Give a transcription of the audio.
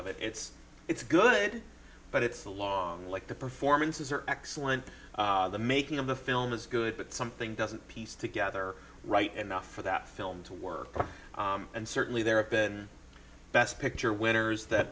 of it it's it's good but it's the law like the performances are excellent the making of the film is good but something doesn't piece together right and not for that film to work and certainly there have been best picture winners that